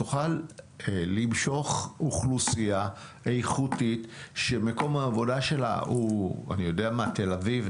אתה תוכל למשוך אוכלוסייה איכותית שמקום העבודה שלה הוא תל אביב,